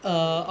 to